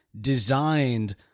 designed